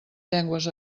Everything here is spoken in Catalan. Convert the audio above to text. llengües